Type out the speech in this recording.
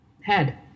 head